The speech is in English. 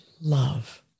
love